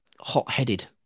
hot-headed